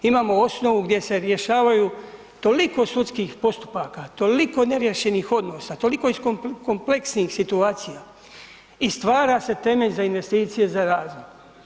Imamo osnovu gdje se rješavaju toliko sudskih postupaka, toliko neriješenih odnosa, toliko kompleksnih situacija i stvara se temelj za investicije za razvoj.